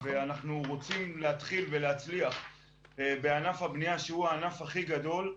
ואנחנו רוצים להצליח בענף הבנייה שהוא הענף הכי גדול.